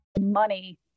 Money